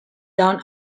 down